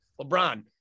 LeBron